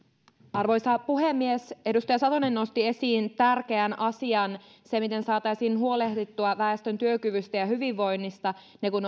arvoisa puhemies edustaja satonen nosti esiin tärkeän asian sen miten saataisiin huolehdittua väestön työkyvystä ja hyvinvoinnista ne kun